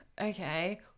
okay